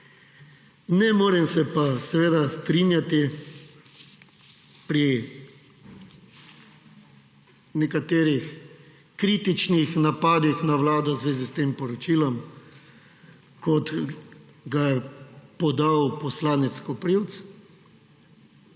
Ne morem se pa seveda strinjati pri nekaterih kritičnih napadih na Vlado v zvezi s tem poročilom, kot ga je podal poslanec Koprivc